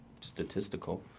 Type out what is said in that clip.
statistical